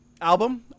album